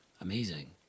amazing